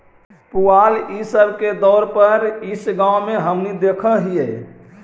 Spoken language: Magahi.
पुआल इ सब के तौर पर इस गाँव में हमनि देखऽ हिअइ